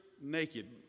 naked